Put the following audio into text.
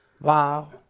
Wow